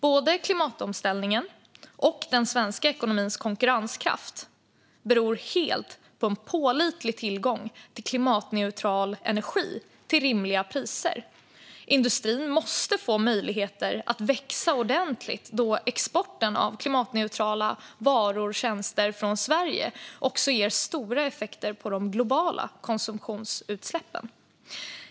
Både klimatomställningen och den svenska ekonomins konkurrenskraft är helt beroende av en pålitlig tillgång till klimatneutral energi till rimliga priser. Industrin måste få möjligheter att växa ordentligt, då export av klimatneutrala varor och tjänster från Sverige ger stora effekter också på de globala konsumtionsutsläppen.